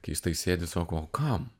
keistai sėdi sako o kam